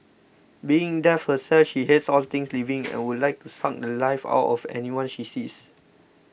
being death herself she hates all things living and would like to suck the Life out of anyone she sees